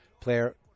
Player